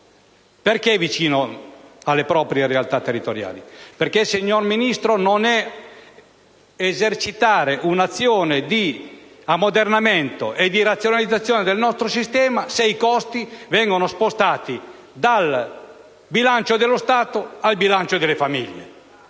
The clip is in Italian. Perché vicino alle proprie realtà territoriali? Signora Ministro, non si tratta di esercitare un'azione di ammodernamento e razionalizzazione del nostro sistema se i costi vengono spostati dal bilancio dello Stato al bilancio delle famiglie.